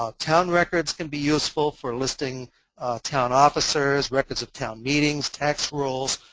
um town records can be useful for listing town officers, records of town meetings, tax rolls,